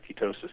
ketosis